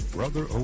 Brother